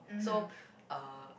so uh